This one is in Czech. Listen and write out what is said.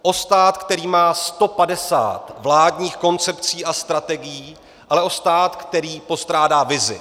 O stát, který má 150 vládních koncepcí a strategií, ale o stát, který postrádá vizi.